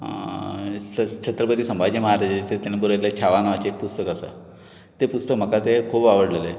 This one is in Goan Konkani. छत्रपती संभाजी महाराजाचें ताणें बरयल्लें छावा नांवाचें एक पुस्तक आसा तें पुस्तक म्हाका तें खूब आवडलेलें